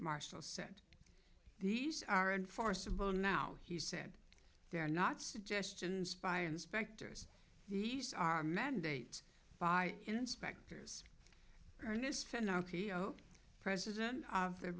marshall said these are enforceable now he said they're not suggestions by inspectors these are mandates by inspectors ernest finicky o president of the